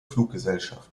fluggesellschaft